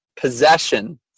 possession